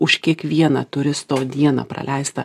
už kiekvieną turisto dieną praleistą